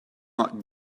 not